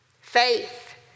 Faith